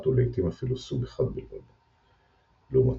ולעיתים אפילו סוג אחד בלבד; לעומתם,